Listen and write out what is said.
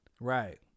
Right